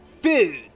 food